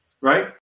right